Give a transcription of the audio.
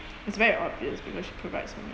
it's very obvious because she provides